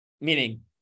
Meaning